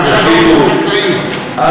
אז.